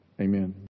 Amen